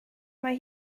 mae